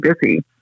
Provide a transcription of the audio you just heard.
busy